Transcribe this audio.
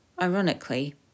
Ironically